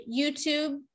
YouTube